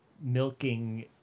milking